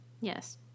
Yes